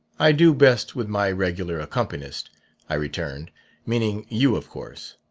i do best with my regular accompanist i returned meaning you, of course.